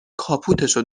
کاپوتشو